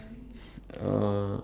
uh